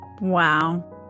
Wow